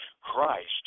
Christ